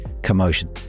commotion